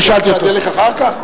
אני אדבר על הדלק אחר כך?